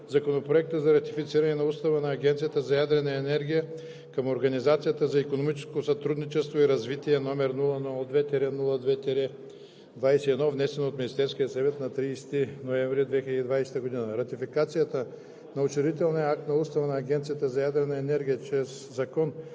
Законопроект за ратифициране на Устава на Агенцията за ядрена енергия към Организацията за икономическо сътрудничество и развитие, № 002-02-21, внесен от Министерския съвет на 30 ноември 2020 г. Ратификацията на учредителния акт и Устава на Агенцията за ядрена енергия чрез закон